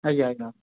అవి యా